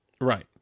Right